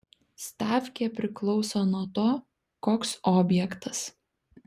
stavkė priklauso nuo to koks objektas